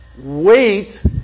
wait